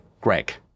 greg